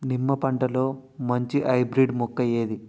నిమ్మ పంటలో మంచి హైబ్రిడ్ మొక్క ఏది?